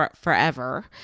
forever